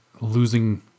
losing